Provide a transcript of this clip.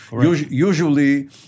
Usually